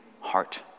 heart